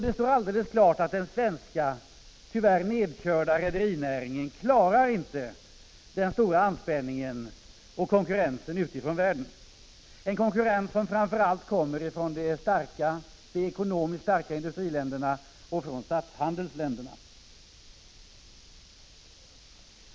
Det står alldeles klart att den svenska, tyvärr nedkörda rederinäringen inte klarar den stora anspänningen och konkurrensen utifrån, den konkurrens som framför allt kommer från de ekonomiskt starka industriländerna och från statshandelsländerna.